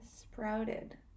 sprouted